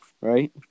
right